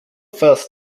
first